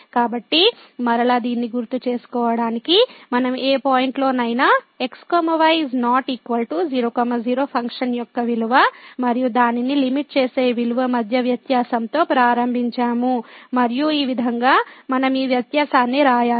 కాబట్టి మరలా దీన్ని గుర్తుచేసుకోవటానికి మనం ఏ పాయింట్లోనైనా x y≠0 0 ఫంక్షన్ యొక్క విలువ మరియు దానిని లిమిట్ చేసే విలువ మధ్య వ్యత్యాసంతో ప్రారంభించాము మరియు ఈ విధంగా మనం ఈ వ్యత్యాసాన్ని వ్రాయాలి